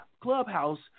clubhouse